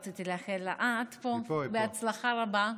רציתי לאחל לך הצלחה רבה,